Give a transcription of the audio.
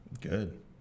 Good